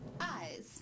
Eyes